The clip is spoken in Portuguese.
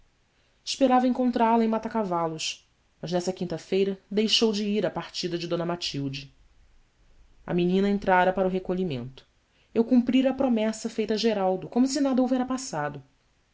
esperava encontrá-la em matacavalos mas nessa quinta-feira deixou de ir à partida de d matilde a menina entrara para o recolhimento eu cumprira a promessa feita a geraldo como se nada houvera passado